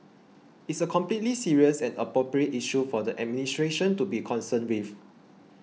it's a completely serious and appropriate issue for the administration to be concerned with